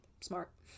Smart